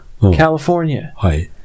California